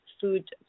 food